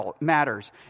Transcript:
matters